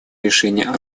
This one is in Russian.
решения